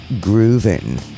grooving